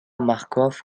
marcof